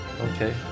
okay